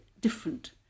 different